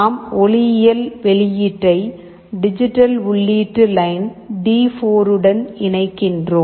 நாம் ஒளியியல் வெளியீட்டை டிஜிட்டல் உள்ளீட்டு லைன் டி4 உடன் இணைக்கிறோம்